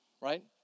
Right